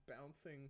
bouncing